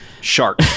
Shark